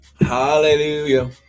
Hallelujah